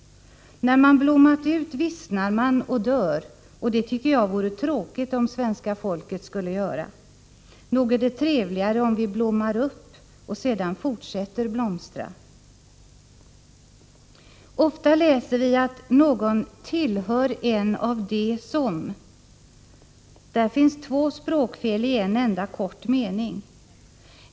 När man blommat ut vissnar man och dör, och det tycker jag vore tråkigt om svenska folket skulle göra. Nog är det trevligare om vi blommar upp och sedan fortsätter blomstra. Ofta kan vi läsa att någon ”tillhör en av de som”. Här finns det två språkfel ien enda kort mening.